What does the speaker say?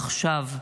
עכשיו.